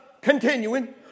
continuing